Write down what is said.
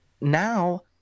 now